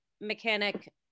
mechanic